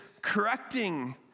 correcting